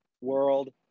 world